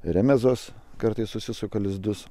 remezos kartais susisuka lizdus